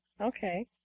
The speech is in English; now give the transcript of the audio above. Okay